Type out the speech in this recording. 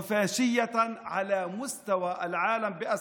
הפשיסטיים ביותר ברמה העולמית.